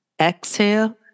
Exhale